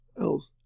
else